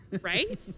Right